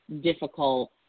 difficult